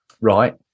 Right